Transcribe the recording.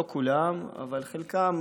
לא כולם אבל חלקם,